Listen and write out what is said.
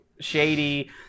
shady